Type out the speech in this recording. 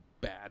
bad